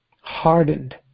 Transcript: Hardened